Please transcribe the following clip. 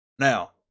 now